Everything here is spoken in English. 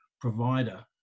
provider